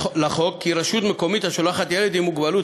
לחוק כי רשות מקומית השולחת ילד עם מוגבלות